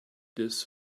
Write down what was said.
this